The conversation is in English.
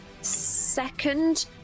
second